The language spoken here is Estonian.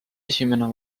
esimene